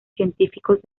científicos